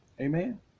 Amen